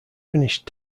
finished